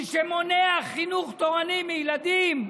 מי שמונע חינוך תורני מילדים,